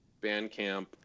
Bandcamp